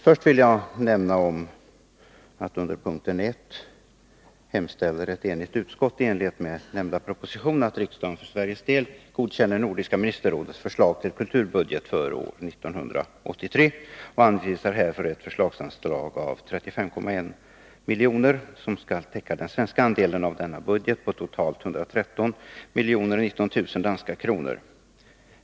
Först vill jag nämna att under punkt 1 hemställer ett enhälligt utskott i enlighet med nämnda proposition att riksdagen för Sveriges del godkänner Nordiska ministerrådets förslag till kulturbudget för år 1983 och härför anvisar ett förslagsanslag av 35,1 milj.kr., som skall täcka den svenska andelen av denna budget på totalt 113 019 000 danska kronor.